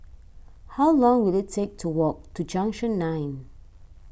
how long will it take to walk to Junction nine